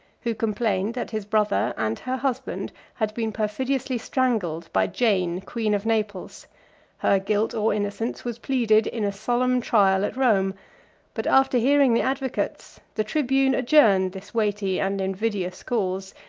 who complained, that his brother and her husband had been perfidiously strangled by jane, queen of naples her guilt or innocence was pleaded in a solemn trial at rome but after hearing the advocates, the tribune adjourned this weighty and invidious cause,